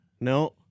No